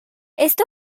esta